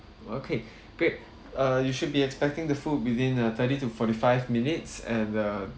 okay great uh you should be expecting the food within uh thirty to forty five minutes and uh